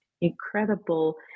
incredible